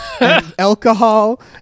alcohol